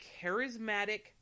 charismatic